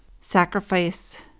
Sacrifice